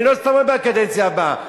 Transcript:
אני לא סתם אומר "בקדנציה הבאה".